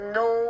no